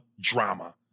drama